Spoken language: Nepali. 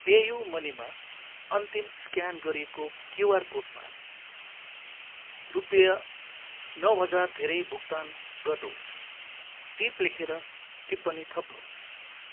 पेयू मनीमा अन्तिम स्क्यान गरिएको क्युआर कोडमा रुपियाँ नौ हजार धेरै भुक्तान गर्नुहोस् टिप लेखेर टिप्पणी थप्नुहोस्